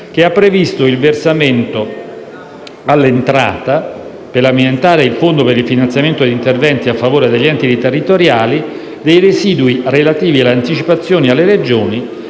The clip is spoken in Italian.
che ha previsto il versamento all'entrata - per alimentare il Fondo per il finanziamento di interventi a favore degli enti territoriali - dei residui relativi alle anticipazioni alle Regioni